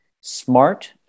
smart